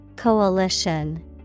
Coalition